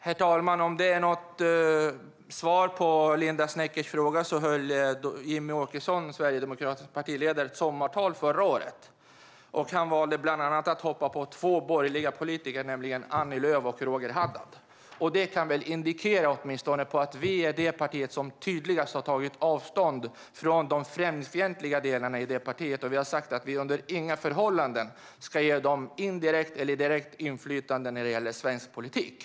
Herr talman! Ett svar på Linda Sneckers fråga kanske är att Sverigedemokraternas partiledare Jimmie Åkesson förra året höll ett sommartal där han bland annat valde att hoppa på två borgerliga politiker, nämligen Annie Lööf och Roger Haddad. Det kan väl åtminstone indikera att vi är det parti som tydligast har tagit avstånd från de främlingsfientliga delarna i det partiet. Vi har sagt att vi inte under några förhållanden ska ge dem indirekt eller direkt inflytande över svensk politik.